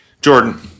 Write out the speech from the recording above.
Jordan